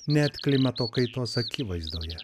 net klimato kaitos akivaizdoje